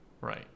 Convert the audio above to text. right